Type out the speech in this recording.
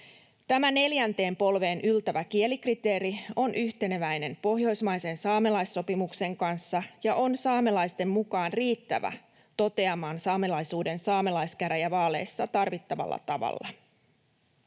Tämä neljänteen polveen yltävä kielikriteeri on yhteneväinen pohjoismaisen saamelaissopimuksen kanssa ja on saamelaisten mukaan riittävä toteamaan saamelaisuuden saamelaiskäräjävaaleissa tarvittavalla tavalla.